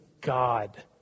God